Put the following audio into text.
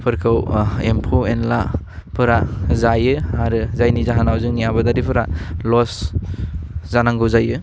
फोरखौ ओह एम्फौ एनलाफोरा जायो आरो जायनि जाहोनाव जोंनि आबादारिफोरा लस जानांगौ जायो